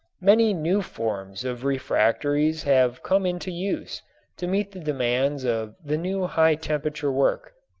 many new forms of refractories have come into use to meet the demands of the new high temperature work.